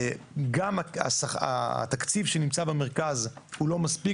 גם התקציב שנמצא במרכז הוא לא מספיק,